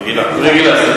רגילה.